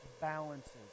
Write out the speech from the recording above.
balances